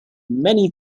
many